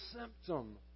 symptom